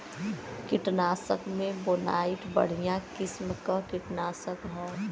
कीटनाशक में बोनाइट बढ़िया किसिम क कीटनाशक हौ